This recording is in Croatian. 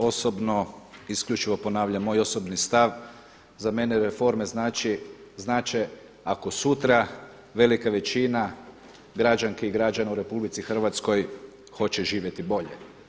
Osobno, isključivo ponavljam, moj osobni stav, za mene reforme znače ako sutra velika većina građanki i građana u RH hoće živjeti bolje.